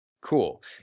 Cool